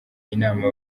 inama